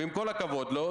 ועם כל הכבוד לו,